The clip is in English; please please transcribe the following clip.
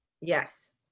yes